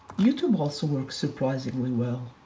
youtube also works surprisingly well.